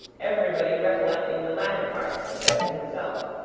everybody recollecting the latter part excepting himself.